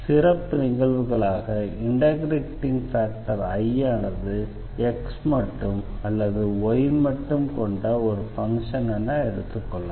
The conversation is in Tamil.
சிறப்பு நிகழ்வுகளாக இண்டெக்ரேட்டிங் ஃபேக்டர் I ஆனது x மட்டும் அல்லது y மட்டும் கொண்ட ஒரு ஃபங்ஷன் என எடுத்துக்கொள்ளலாம்